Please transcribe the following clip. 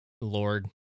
lord